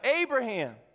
Abraham